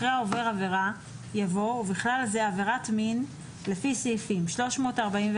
אחרי "העובר עבירה" יבוא "ובכלל זה עבירת מין לפי סעיפים 345,